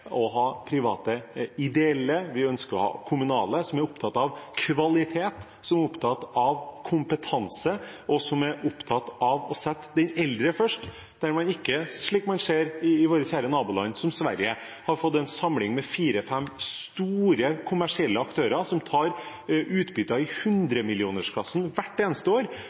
å ha private ideelle, vi ønsker å ha kommunale, som er opptatt av kvalitet, som er opptatt av kompetanse, og som er opptatt av å sette de eldre først – og der man ikke, slik man ser i våre kjære naboland, som Sverige, får en samling av fire–fem store kommersielle aktører som tar utbytte i hundremillionersklassen hvert eneste år,